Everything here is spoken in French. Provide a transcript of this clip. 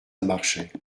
marchait